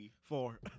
four